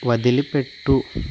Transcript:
వదిలిపెట్టు